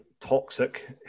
toxic